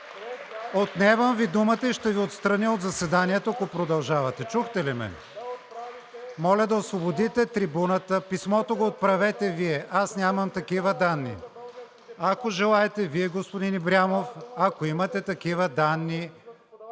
Отнемам Ви думата и ще Ви отстраня от заседанието, ако продължавате. Чухте ли ме? Моля да освободите трибуната! Писмото го отправете Вие, аз нямам такива данни. Ако желаете Вие, господин Ибрямов, ако имате такива данни.